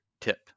tip